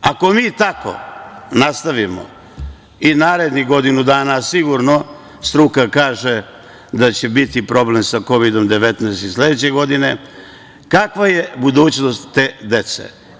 Ako mi tako nastavimo i narednih godinu dana, a sigurno, struka kaže da će biti problem sa Kovidom 19 i sledeće godine, kakva je budućnost te dece.